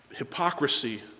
hypocrisy